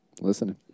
listening